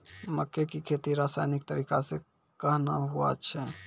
मक्के की खेती रसायनिक तरीका से कहना हुआ छ?